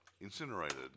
incinerated